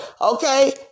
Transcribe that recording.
okay